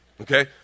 Okay